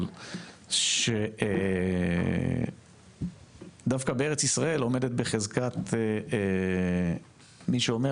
אבל דווקא בארץ ישראל עומדת בחזקת מי שאומר